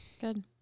Good